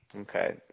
Okay